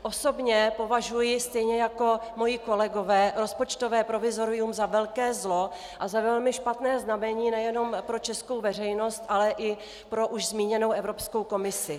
Osobně považuji stejně jako moji kolegové rozpočtové provizorium za velké zlo a za velmi špatné znamení nejenom pro českou veřejnost, ale i pro už zmíněnou Evropskou komisi.